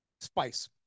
spice